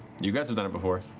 you guys have done it before.